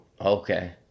Okay